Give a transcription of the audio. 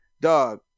Dog